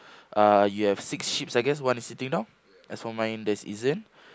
uh you have six sheeps I guess one is sitting down as for mine there's isn't